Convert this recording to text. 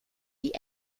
die